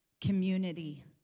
community